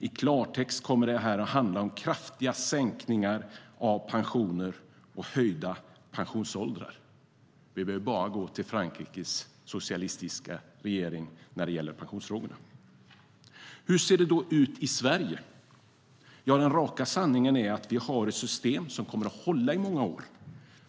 I klartext kommer det att handla om kraftiga sänkningar av pensioner och höjda pensionsåldrar. Vi behöver bara gå till Frankrikes socialistiska regering när det gäller pensionsfrågorna. Hur ser det då ut i Sverige? Ja, den raka sanningen är att vi har ett system som kommer att hålla i många år.